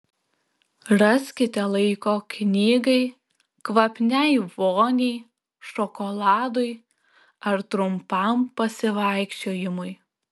raskite laiko knygai kvapniai voniai šokoladui ar trumpam pasivaikščiojimui